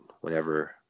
whenever